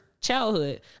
childhood